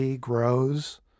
grows